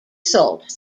salt